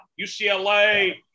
UCLA